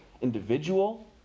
individual